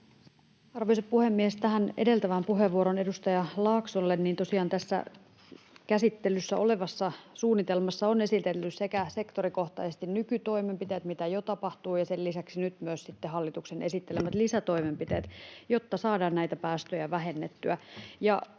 Arvoisa puhemies! Tähän edeltävään puheenvuoroon edustaja Laaksolle: Tosiaan tässä käsittelyssä olevassa suunnitelmassa on esitelty sekä sektorikohtaisesti nykytoimenpiteet, mitä jo tapahtuu, ja sen lisäksi nyt hallituksen esittelemät lisätoimenpiteet, jotta saadaan näitä päästöjä vähennettyä.